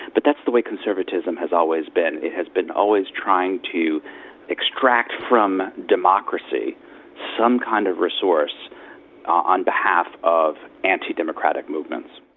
but that's the way conservatism has always been. it has been always trying to extract from democracy some kind of resource on behalf of anti-democratic movements.